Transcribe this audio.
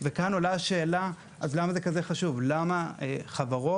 אני רוצה להגיד תודה גם למי שהייתה, עד לאחרונה,